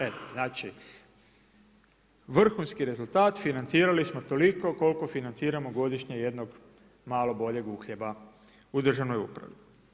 Eto, znači vrhunski rezultat financirali smo toliko koliko financiramo godišnje jednog malo boljeg uhljeba u državnoj upravi.